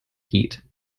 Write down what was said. heat